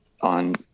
on